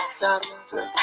doctor